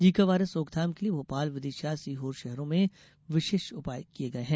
Zika virus रोकथाम के लिए भोपाल विदिशा और सीहोर शहरों में विशेष उपाय किये गये हैं